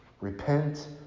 repent